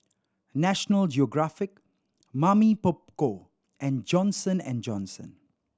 National Geographic Mamy Poko and Johnson and Johnson